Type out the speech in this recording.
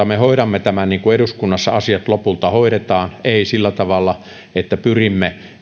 me hoidamme tämän niin kuin eduskunnassa asiat lopulta hoidetaan emme sillä tavalla että pyrimme